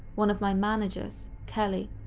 one of my managers, kelly,